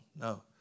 No